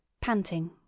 panting